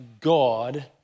God